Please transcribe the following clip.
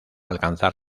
alcanzar